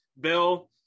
Bill